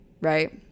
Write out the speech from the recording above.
right